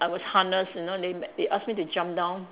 I was harnessed you know then they they ask me to jump down